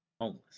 homeless